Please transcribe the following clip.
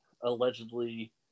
allegedly